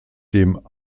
dem